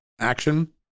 Action